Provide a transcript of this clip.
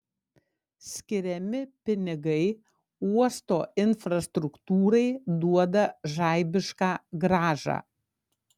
skiriami pinigai uosto infrastruktūrai duoda žaibišką grąžą